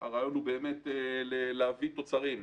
הרעיון הוא באמת להביא תוצרים.